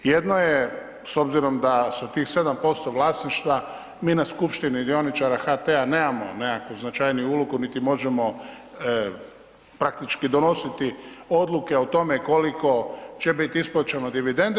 Jedno je, s obzirom da sa tih 7% vlasništva mi na skupštini dioničara HT-a nemamo nekakvu značajniju ulogu, niti možemo praktički donositi odluke o tome koliko će bit isplaćeno dividende.